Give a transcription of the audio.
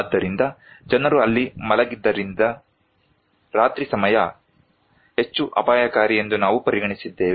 ಆದ್ದರಿಂದ ಜನರು ಅಲ್ಲಿ ಮಲಗಿದ್ದರಿಂದ ರಾತ್ರಿ ಸಮಯ ಹೆಚ್ಚು ಅಪಾಯಕಾರಿ ಎಂದು ನಾವು ಪರಿಗಣಿಸಿದ್ದೇವೆ